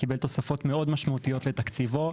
קיבל תוספות מאוד משמעותיות לתקציבו,